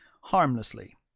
harmlessly